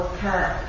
Okay